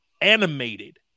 animated